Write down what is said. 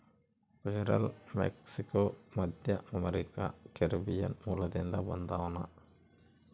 ಪೇರಲ ಮೆಕ್ಸಿಕೋ, ಮಧ್ಯಅಮೇರಿಕಾ, ಕೆರೀಬಿಯನ್ ಮೂಲದಿಂದ ಬಂದದನಾ